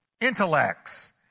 intellects